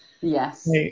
Yes